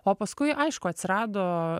o paskui aišku atsirado